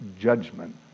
judgment